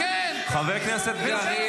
--- תקציב --- חבר הכנסת קריב,